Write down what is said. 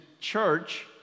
Church